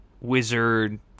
Wizard